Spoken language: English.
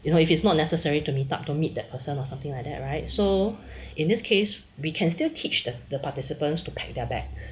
you know if it's not necessary to meet up don't meet that person or something like that right so in this case we can still teach the the participants to pack their bags